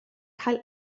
cael